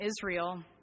Israel